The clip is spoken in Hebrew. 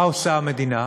מה עושה המדינה?